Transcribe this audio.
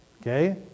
Okay